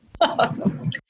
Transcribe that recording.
Awesome